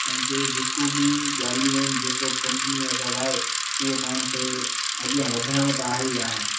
तव्हांखे जेको बि ॻाल्हियूं आहिनि जेको कंपनीअ जो सभु आहे उअ पाण खे अॻियां वधाइणो त आहे ई आहे